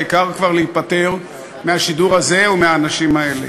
העיקר כבר להיפטר מהשידור הזה ומהאנשים האלה.